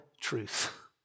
truth